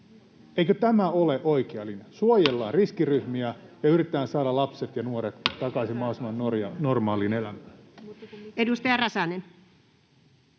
koputtaa] Suojellaan riskiryhmiä ja yritetään saada lapset ja nuoret takaisin mahdollisimman normaaliin elämään.